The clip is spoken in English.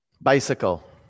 Bicycle